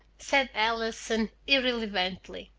said allison irrelevantly.